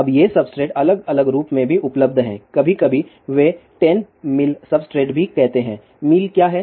अब ये सब्सट्रेट अलग अलग रूप में भी उपलब्ध हैं कभी कभी वे 10 मील सब्सट्रेट भी कहते हैं मील क्या है